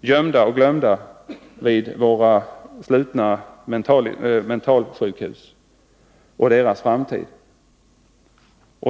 gömda och glömda vid våra slutna mentalsjukhus, och deras framtid.